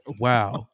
wow